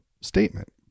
statement